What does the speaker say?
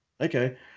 Okay